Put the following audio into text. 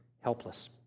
helpless